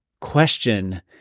question